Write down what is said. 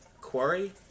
quarry